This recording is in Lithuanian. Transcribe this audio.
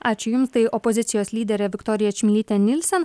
ačiū jums tai opozicijos lyderė viktorija čmilytė nylsen